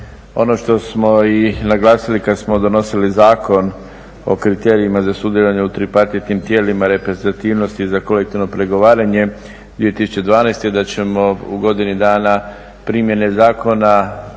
Ono što smo i naglasili kad smo donosili Zakon o kriterijima za sudjelovanje u … tijelima reprezentativnosti za kolektivno pregovaranje 2012. da ćemo u godini dana … zakona